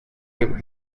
you